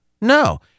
No